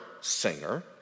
singer